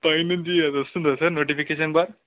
పై నుంచి అదొస్తుందా sir notification bar